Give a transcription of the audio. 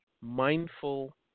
mindful